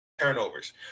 Turnovers